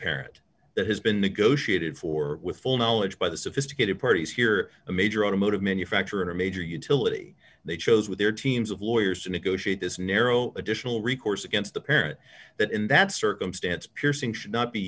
parent that has been negotiated for with full knowledge by the sophisticated parties here a major automotive manufacturers are major utility they chose with their teams of lawyers to negotiate this narrow additional recourse against the parent that in that circumstance piercing should not be